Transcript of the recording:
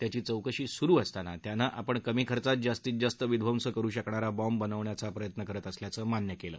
त्याची चौकशी सुरु असताना त्यानं आपण कमी खर्चात जास्तीत जास्त विध्वंस करू शकणारा बॉम्ब बनवण्याचा प्रयत्न करत असल्याचं मान्य केलं